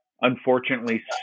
unfortunately